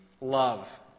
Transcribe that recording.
love